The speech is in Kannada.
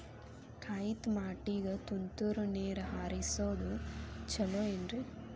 ಕಾಯಿತಮಾಟಿಗ ತುಂತುರ್ ನೇರ್ ಹರಿಸೋದು ಛಲೋ ಏನ್ರಿ?